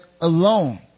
alone